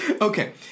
Okay